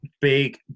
big